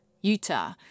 Utah